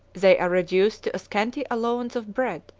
they are reduced to a scanty allowance of bread,